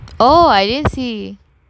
oh I didn't see